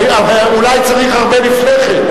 אולי צריך הרבה לפני כן.